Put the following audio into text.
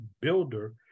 builder